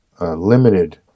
limited